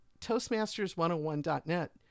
toastmasters101.net